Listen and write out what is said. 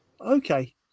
Okay